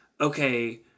okay